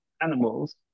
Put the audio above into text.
animals